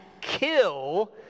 kill